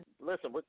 listen